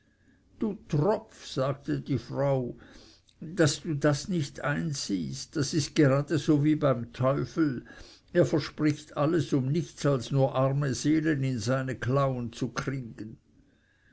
du tropf sagte die frau daß du das nicht einsiehst das ist gerade so wie beim teufel er verspricht alles um nichts als nur arme seelen in seine klauen zu kriegen